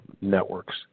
networks